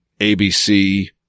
ABC